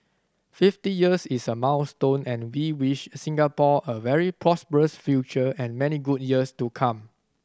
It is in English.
fifty years is a milestone and we wish Singapore a very prosperous future and many good years to come